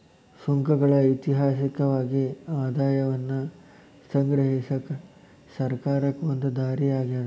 ಸುಂಕಗಳ ಐತಿಹಾಸಿಕವಾಗಿ ಆದಾಯವನ್ನ ಸಂಗ್ರಹಿಸಕ ಸರ್ಕಾರಕ್ಕ ಒಂದ ದಾರಿ ಆಗ್ಯಾದ